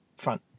front